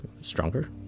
stronger